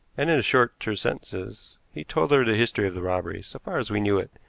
and in short, terse sentences he told her the history of the robbery, so far as we knew it,